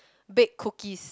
bake cookies